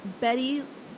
Betty's